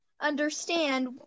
understand